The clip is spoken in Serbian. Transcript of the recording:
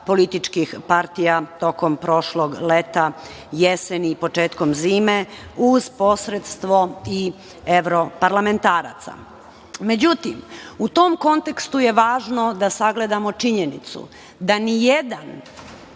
političkih partija tokom prošlog leta, jeseni i početkom zime, uz posredstvo i evro parlamentaraca.Međutim, u tom kontekstu je važno da sagledamo činjenicu da nijedan